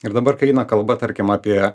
ir dabar kai eina kalba tarkim apie